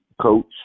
coach